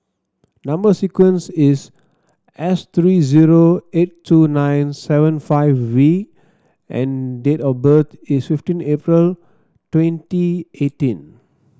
number sequence is S three zero eight two nine seven five V and date of birth is fifteen April twenty eighteen